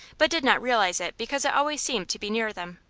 but did not realize it because it always seemed to be near them.